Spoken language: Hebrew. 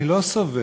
אני לא סובל